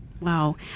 Wow